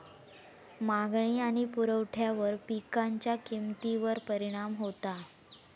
मागणी आणि पुरवठ्यावर पिकांच्या किमतीवर परिणाम होता